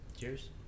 Cheers